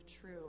true